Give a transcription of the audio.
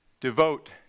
devote